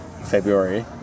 February